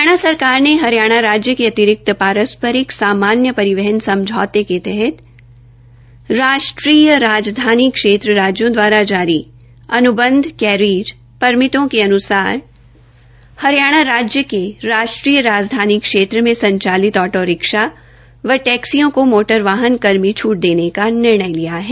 हरियाणा सरकार ने हरियाणा राज्य के अतिरिक्त पारस्परिक सामान्य परिवहन समझौते के तहत राष्ट्रीय राजधानी क्षेत्र राज्यों दवारा जारी अनुबंध कैरिज परमिटों के अनुसार हरियाणा राज्य के राष्ट्रीय राजधानी क्षेत्र में संचालित ऑटो रिक्शा टैक्सियों को मोटर वाहन कर में छूट देने का निर्णय लिया है